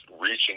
reaching